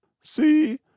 See